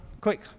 quick